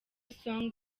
song